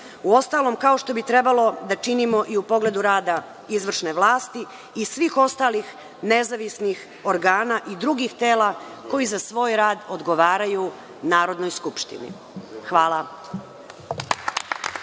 uostalom kao što bi trebalo da činimo i u pogledu rada izvršne vlasti i svih ostalih nezavisnih organa i drugih tela koji za svoj rad odgovaraju Narodnoj skupštini. Hvala.